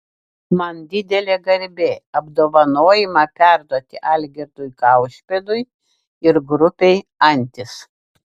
man didelė garbė apdovanojimą perduoti algirdui kaušpėdui ir grupei antis